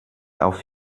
auf